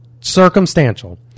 circumstantial